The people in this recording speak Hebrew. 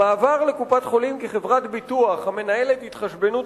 המעבר לקופת-חולים כחברת ביטוח המנהלת התחשבנות